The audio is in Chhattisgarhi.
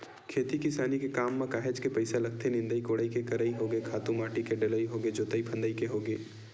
खेती किसानी के काम म काहेच के पइसा लगथे निंदई कोड़ई के करई होगे खातू माटी के डलई होगे जोतई फंदई के होगे